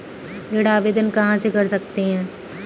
ऋण आवेदन कहां से कर सकते हैं?